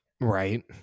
Right